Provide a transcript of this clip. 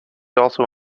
also